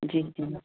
जी जी